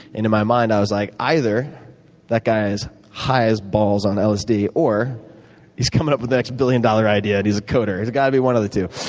in in my mind, i was like, either that guy is high as balls on lsd or he's coming up with the next billion-dollar idea and he's a coder. it's got to be one of the two.